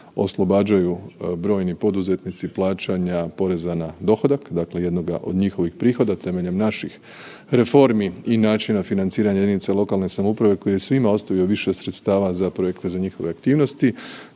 oslobađaju brojni poduzetnici poreza na dohodak, dakle jednoga od njihovih prihoda temeljem naših reformi i načina financiranja jedinica lokalne samouprave koji je svima ostavio više sredstava za projekte za njihove aktivnosti,